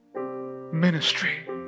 Ministry